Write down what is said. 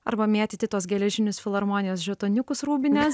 arba mėtyti tuos geležinius filharmonijos žetoniukus rūbinės